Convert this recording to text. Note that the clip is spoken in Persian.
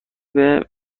بهم